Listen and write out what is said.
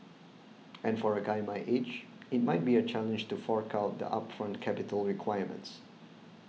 and for a guy my age it might be a challenge to fork out the upfront capital requirements